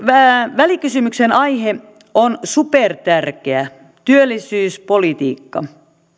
välikysymyksen aihe on supertärkeä työllisyyspolitiikka